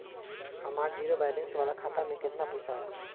हमार zero balance वाला खाता में केतना पईसा बा?